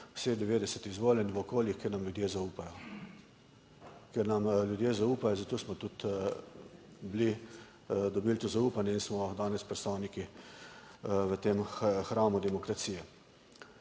vseh 90 izvoljen v okoljih, kjer nam ljudje zaupajo. Ker nam ljudje zaupajo, zato smo tudi bili, dobili to zaupanje in smo danes predstavniki v tem hramu demokracije.